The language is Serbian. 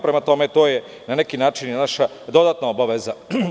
Prema tome, to je na neki način i naša dodatna obaveza.